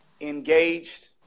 engaged